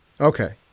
Okay